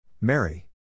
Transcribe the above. Mary